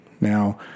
Now